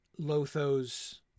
Lotho's